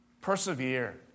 Persevere